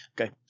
Okay